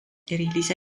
erilise